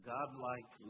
God-like